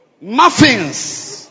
Muffins